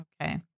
Okay